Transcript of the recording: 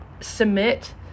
submit